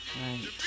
Right